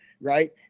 right